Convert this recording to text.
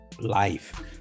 life